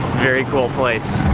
very cool place.